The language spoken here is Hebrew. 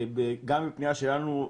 גם לפנייה שלנו,